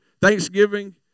thanksgiving